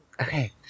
Okay